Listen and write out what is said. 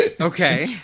Okay